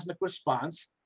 response